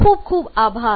ખુબ ખુબ આભાર